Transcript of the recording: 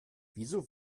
wieso